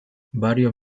varios